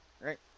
right